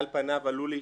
פניו זה עלול להשתמע.